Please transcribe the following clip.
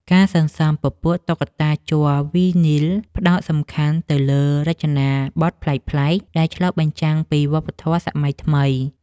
ការសន្សំពពួក តុក្កតាជ័រវីនីល ផ្ដោតសំខាន់ទៅលើរចនាបថប្លែកៗដែលឆ្លុះបញ្ចាំងពីវប្បធម៌សម័យថ្មី។